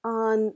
on